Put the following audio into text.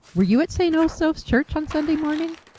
were you at st. osoph's church on sunday morning?